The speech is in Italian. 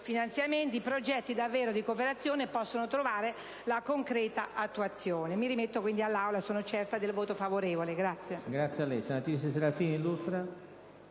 finanziamenti i progetti davvero di cooperazione possano trovare la concreta attuazione. Mi affido quindi all'Assemblea, certa del voto favorevole.